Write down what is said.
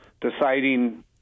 deciding